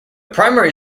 primary